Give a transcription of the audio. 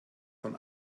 von